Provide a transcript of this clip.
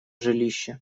жилища